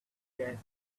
gas